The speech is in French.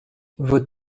vos